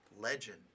legend